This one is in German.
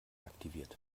aktiviert